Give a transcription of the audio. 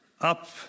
up